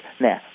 Now